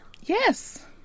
yes